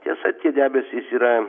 tiesa tie debesys yra